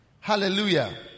Hallelujah